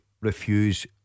refuse